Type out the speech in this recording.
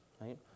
right